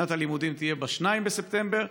שנת הלימודים תתחיל ב-2 בספטמבר,